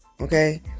Okay